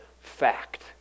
fact